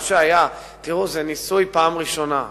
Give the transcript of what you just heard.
תראו, זה ניסוי, פעם ראשונה.